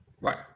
Right